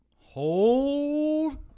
hold